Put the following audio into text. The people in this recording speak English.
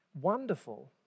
Wonderful